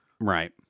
Right